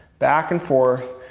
back and forth,